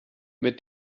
mit